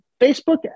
Facebook